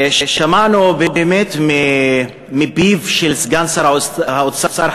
שמענו באמת מפיו של סגן שר האוצר,